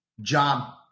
job